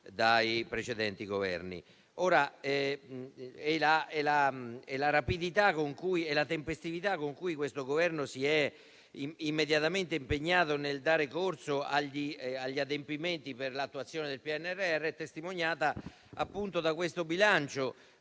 dai precedenti Governi. La tempestività con cui questo Governo si è immediatamente impegnato nel dare corso agli adempimenti per l'attuazione del PNRR è testimoniata da un bilancio